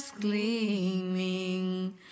Gleaming